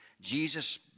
Jesus